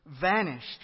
vanished